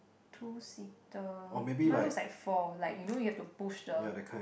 two seater mine looks like four like you know you have to push the